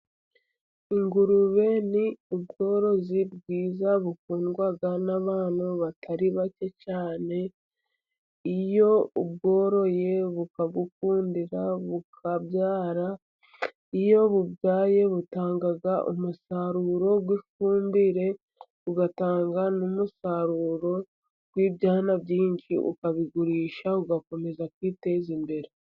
Ingurube ni ubworozi bwiza bukundwa n’abantu batari bake cyane. Iyo ubworoye bukagukundira, bukabyara. Iyo bubyaye butanga umusaruro w’ifumbire, ugatanga n’umusaruro w’ibyana byinshi, ukabigurisha, ugakomeza kwiteza imbere.